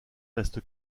reste